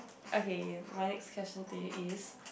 okay my next question to you is